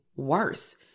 worse